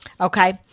Okay